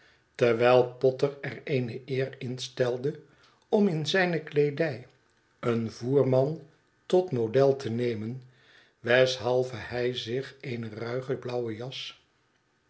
terwijl potter er eene eer in stelde om in zijne kleedij een voerman tot model te nemen weshalve hij zich eene ruige blauwe jas